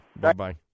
Bye-bye